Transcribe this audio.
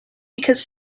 because